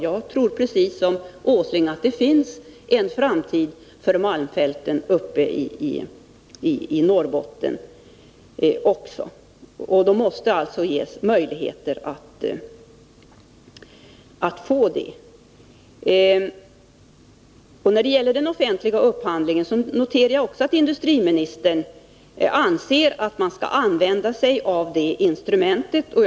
Jag tror, precis som Nils Åsling, att det finns en framtid för malmfälten i Norrbotten. De måste alltså ges möjligheter att nå dit. Jag noterar också att industriministern anser att man skall använda sig av den offentliga upphandlingen som instrument.